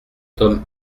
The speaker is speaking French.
tome